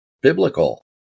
biblical